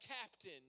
captain